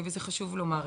לפני שניכנס